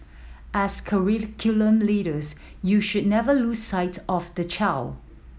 as curriculum leaders you should never lose sight of the child